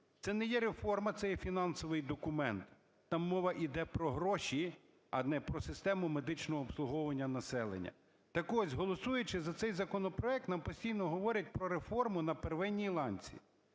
Це не є реформа, це є фінансовий документ, там мова йде про гроші, а не про систему медичного обслуговування населення. Так ось, голосуючи за це законопроект, нам постійно говорять про реформу на первинній ланці.